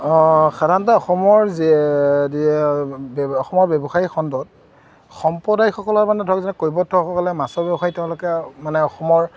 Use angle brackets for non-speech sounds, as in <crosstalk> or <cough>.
সাধাৰণতে অসমৰ যি অসমৰ ব্যৱসায়িক খণ্ডত সম্প্ৰদায়সকলৰ মানে ধৰক যেনে <unintelligible> সকলে মাছৰ ব্যৱসায় তেওঁলোকে মানে অসমৰ